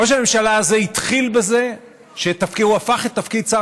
ראש הממשלה הזה התחיל בזה שהוא הפך את תפקיד שר